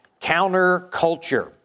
counterculture